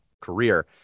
career